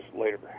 later